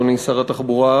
אדוני שר התחבורה,